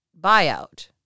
buyout